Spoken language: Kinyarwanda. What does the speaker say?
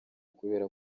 kubera